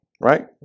right